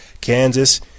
Kansas